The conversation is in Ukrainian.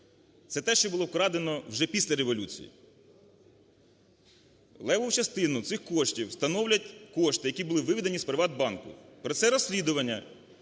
Це те, що було вкрадено вже після Революції. Левову частину цих коштів становлять кошти, які були виведені з "Приватбанку". Про це розслідування